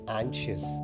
anxious